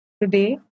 Today